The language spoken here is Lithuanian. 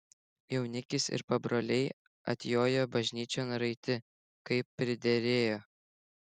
jaunikis ir pabroliai atjojo bažnyčion raiti kaip priderėjo